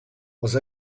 els